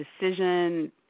decision